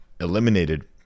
eliminated